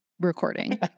Recording